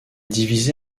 divisé